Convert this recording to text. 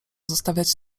zostawiać